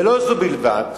ולא זו בלבד,